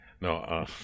No